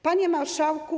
Panie Marszałku!